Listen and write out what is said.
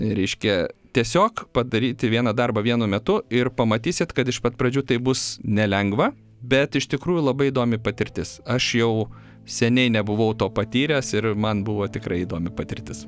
reiškia tiesiog padaryti vieną darbą vienu metu ir pamatysit kad iš pat pradžių tai bus nelengva bet iš tikrųjų labai įdomi patirtis aš jau seniai nebuvau to patyręs ir man buvo tikrai įdomi patirtis